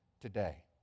today